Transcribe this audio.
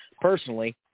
personally